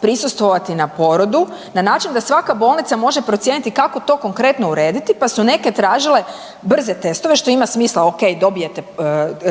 prisustvovati na porodu na način da svaka bolnica može procijeniti kako to konkretno urediti, pa su neke tražile brze testove što ima smisla. Ok, dobijete,